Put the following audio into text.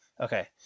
Okay